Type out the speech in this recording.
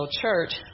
church